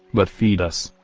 but feed us.